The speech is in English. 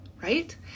right